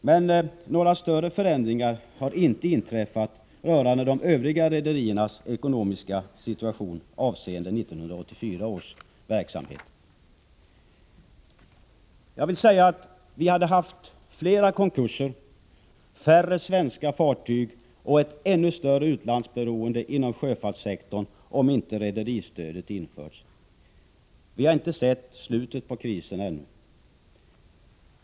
Men några större förändringar har inte inträffat rörande de övriga rederiernas ekonomiska situation avseende 1984 års verksamhet. Vi hade haft flera konkurser, färre svenska fartyg och ett ännu större utlandsberoende inom sjöfartssektorn om inte rederistödet hade införts. Vi harinte sett slutet på krisen ännu.